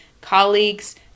colleagues